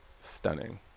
Stunning